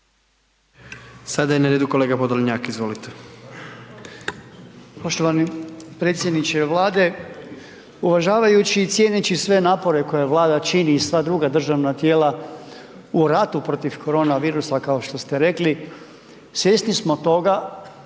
Sada je na redu kolega Podolnjak, izvolite. **Podolnjak, Robert (MOST)** Poštovani predsjedniče Vlade, uvažavajući i cijeneći sve napore koje Vlada čini i sva druga državna tijela u ratu protiv korona virusa kao što ste rekli, svjesni smo toga